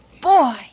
boy